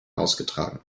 ausgetragen